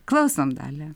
klausom dalia